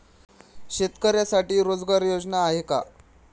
शेतकऱ्यांसाठी रोजगार योजना आहेत का?